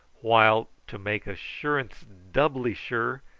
while, to make assurance doubly sure,